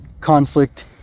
conflict